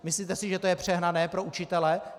Myslíte si, že to je přehnané pro učitele?